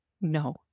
No